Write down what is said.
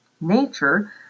Nature